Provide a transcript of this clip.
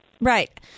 right